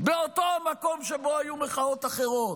באותו המקום שבו היו מחאות אחרות.